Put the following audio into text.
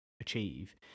achieve